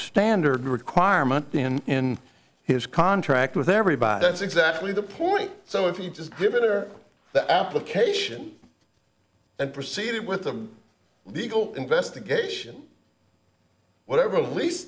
standard requirement in his contract with everybody that's exactly the point so if you just give in there the application and proceeded with the legal investigation whatever leas